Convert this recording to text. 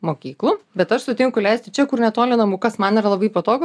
mokyklų bet aš sutinku leisti čia kur netoli namų kas man yra labai patogu